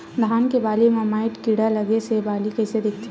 धान के बालि म माईट कीड़ा लगे से बालि कइसे दिखथे?